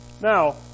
Now